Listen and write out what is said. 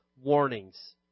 warnings